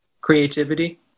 creativity